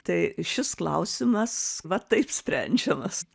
tai šis klausimas va taip sprendžiamas